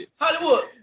Hollywood